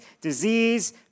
disease